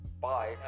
Bye